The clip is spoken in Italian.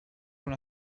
una